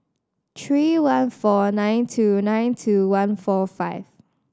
three one four nine two nine two one four five